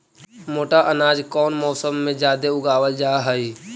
मोटा अनाज कौन मौसम में जादे उगावल जा हई?